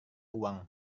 uang